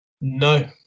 No